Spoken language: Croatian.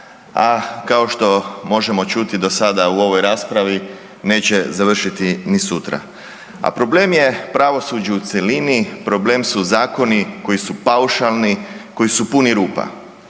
a kao što možemo čuti dosada u ovoj raspravi, neće završiti ni sutra. A problem je pravosuđe u cjelini, problem su zakoni koji su paušalni, koji su puni rupa.